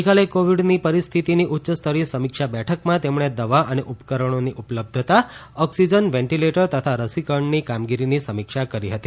ગઈકાલે કોવિડની પરિસ્થિતિની ઉચ્યસ્તરીય સમીક્ષા બેઠકમાં તેમણે દવા અને ઉપકરણોની ઉપલબ્ધતા ઓક્સિજન વેન્ટીલેટર તથા રસીકરણની કામગીરીની સમીક્ષા કરી હતી